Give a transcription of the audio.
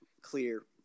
clear